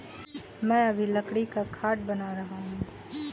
मैं अभी लकड़ी का खाट बना रहा हूं